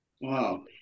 Wow